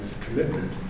commitment